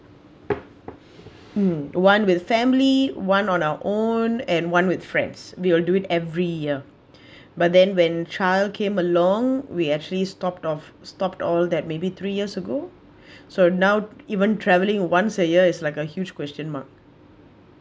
mm one with family one on our own and one with friends we will do it every year but then when child came along we actually stopped of stopped all that maybe three years ago so now even traveling once a year is like a huge question mark